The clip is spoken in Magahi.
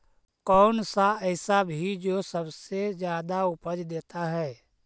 कौन सा ऐसा भी जो सबसे ज्यादा उपज देता है?